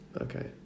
Okay